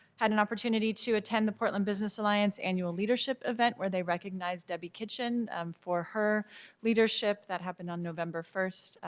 had an opportunity to attend the portland business alliance annual leadership event where they recognized debbie kitschen um for her leadership. that happened on november one.